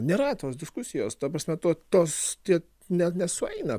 nėra tos diskusijos ta prasme to tos tie ne nesueina